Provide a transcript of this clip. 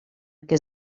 que